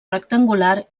rectangular